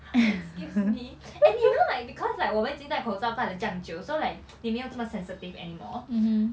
hello excuse me and you know like because like 我们已经带口罩带了这样就 so like 你没有这么 sensitive anymore